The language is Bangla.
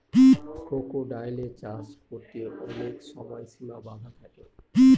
ক্রোকোডাইলের চাষ করতে অনেক সময় সিমা বাধা থাকে